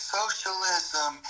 socialism